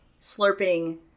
slurping